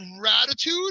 gratitude